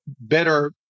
better